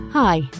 Hi